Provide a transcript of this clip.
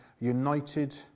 united